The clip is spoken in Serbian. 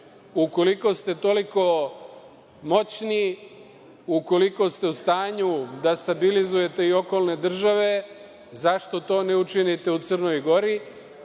ste toliko moćni, ukoliko ste u stanju da stabilizujete i okolne države, zašto to ne učinite u Crnoj Gori?